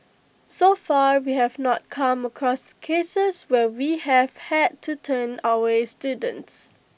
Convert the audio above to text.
so far we have not come across cases where we have had to turn away students